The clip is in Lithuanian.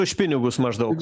už pinigus maždaug